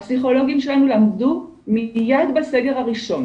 הפסיכולוגים שלנו למדו מיד בסגר הראשון